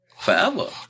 Forever